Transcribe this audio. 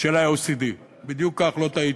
של ה-OECD, בדיוק כך, לא טעיתי,